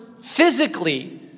physically